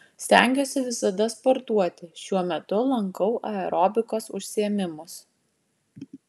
stengiuosi visada sportuoti šiuo metu lankau aerobikos užsiėmimus